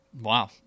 Wow